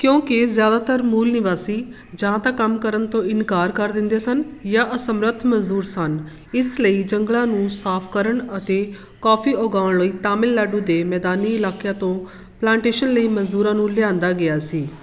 ਕਿਉਂਕਿ ਜ਼ਿਆਦਾਤਰ ਮੂਲ ਨਿਵਾਸੀ ਜਾਂ ਤਾਂ ਕੰਮ ਕਰਨ ਤੋਂ ਇਨਕਾਰ ਕਰ ਦਿੰਦੇ ਸਨ ਜਾਂ ਅਸਮਰੱਥ ਮਜ਼ਦੂਰ ਸਨ ਇਸ ਲਈ ਜੰਗਲਾਂ ਨੂੰ ਸਾਫ਼ ਕਰਨ ਅਤੇ ਕੌਫੀ ਉਗਾਉਣ ਲਈ ਤਾਮਿਲਨਾਡੂ ਦੇ ਮੈਦਾਨੀ ਇਲਾਕਿਆਂ ਤੋਂ ਪਲਾਂਟੇਸ਼ਨ ਲਈ ਮਜ਼ਦੂਰਾਂ ਨੂੰ ਲਿਆਂਦਾ ਗਿਆ ਸੀ